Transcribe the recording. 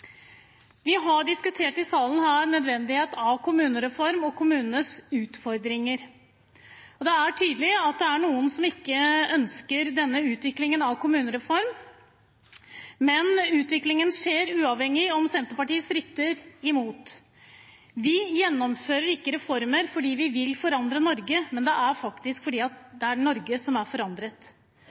i salen diskutert nødvendigheten av en kommunereform og kommunenes utfordringer, og det er tydelig at det er noen som ikke ønsker denne utviklingen av en kommunereform, men utviklingen skjer, uavhengig av om Senterpartiet stritter imot. Vi gjennomfører ikke reformer fordi vi vil forandre Norge, men fordi det er Norge som er forandret.